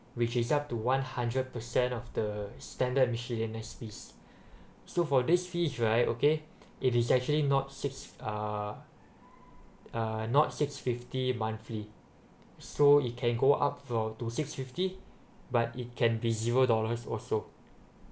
which is up to one hundred percent of the standard miscellaneous fees so for this fees right okay it is actually not six uh err not six fifty monthly so it can go up from to six fifty but it can be zero dollars also